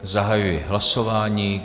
Zahajuji hlasování.